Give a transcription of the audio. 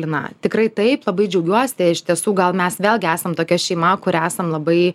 lina tikrai taip labai džiaugiuosi iš tiesų gal mes vėlgi esam tokia šeima kur esam labai